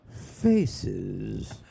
faces